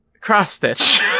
Cross-stitch